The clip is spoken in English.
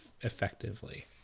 effectively